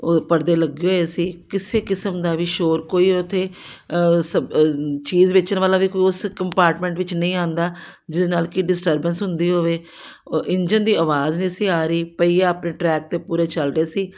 ਉਹ ਪਰਦੇ ਲੱਗੇ ਹੋਏ ਸੀ ਕਿਸੇ ਕਿਸਮ ਦਾ ਵੀ ਸ਼ੋਰ ਕੋਈ ਉੱਥੇ ਚੀਜ਼ ਵੇਚਣ ਵਾਲਾ ਵੀ ਕੋਈ ਉਸ ਕੰਪਾਰਟਮੈਂਟ ਵਿੱਚ ਨਹੀਂ ਆਉਂਦਾ ਜਿਹਦੇ ਨਾਲ ਕਿ ਡਿਸਟਰਬੈਂਸ ਹੁੰਦੀ ਹੋਵੇ ਓ ਇੰਜਣ ਦੀ ਆਵਾਜ਼ ਨਹੀਂ ਸੀ ਆ ਰਹੀ ਪਹੀਏ ਆਪਣੇ ਟਰੈਕ 'ਤੇ ਪੂਰੇ ਚੱਲ ਰਹੇ ਸੀ